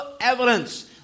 evidence